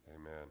Amen